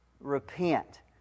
Repent